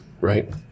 right